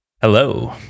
hello